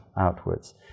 outwards